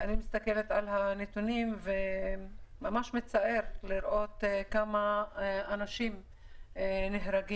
אני מתסכלת על הנתונים וממש מצער אותי לראות כמה אנשים נהרגים.